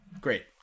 great